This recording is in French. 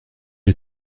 est